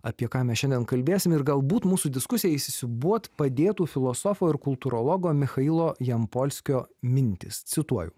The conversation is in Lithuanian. apie ką mes šiandien kalbėsim ir galbūt mūsų diskusijai įsisiūbuot padėtų filosofo ir kultūrologo michailo jampolskio mintys cituoju